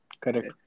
Correct